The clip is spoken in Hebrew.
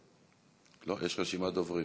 לא, יש רשימת דוברים.